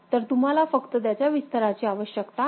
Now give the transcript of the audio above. तर तुम्हाला फक्त त्याच्या विस्ताराची आवश्यकता आहे